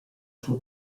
suo